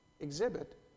Exhibit